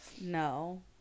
no